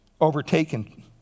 overtaken